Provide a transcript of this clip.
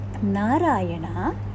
Narayana